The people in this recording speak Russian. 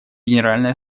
генеральной